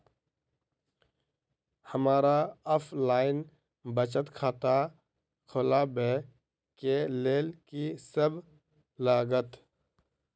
हमरा ऑफलाइन बचत खाता खोलाबै केँ लेल की सब लागत?